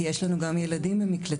כי יש לנו גם ילדים במקלטים.